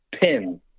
pin